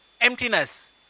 emptiness